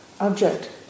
object